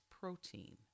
protein